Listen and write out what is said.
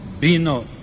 Bino